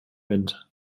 wind